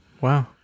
Wow